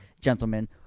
gentlemen